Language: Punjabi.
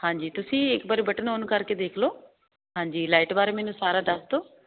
ਹਾਂਜੀ ਤੁਸੀਂ ਇੱਕ ਵਾਰੀ ਬਟਨ ਆਨ ਕਰਕੇ ਦੇਖ ਲਓ ਹਾਂਜੀ ਲਾਈਟ ਬਾਰੇ ਮੈਨੂੰ ਸਾਰਾ ਦੱਸ ਦੋ